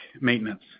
maintenance